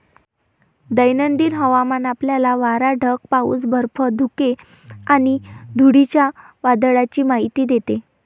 दैनंदिन हवामान आपल्याला वारा, ढग, पाऊस, बर्फ, धुके आणि धुळीच्या वादळाची माहिती देते